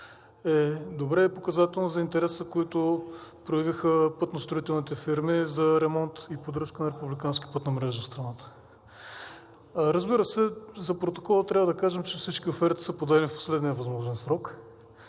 е добре и е показателно за интереса, който проявиха пътно-строителните фирми за ремонт и поддръжка на републиканската пътна мрежа в страната. Разбира се, за протокола трябва да кажем, че всички оферти са подадени в последния възможен срок,